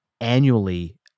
annually